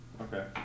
Okay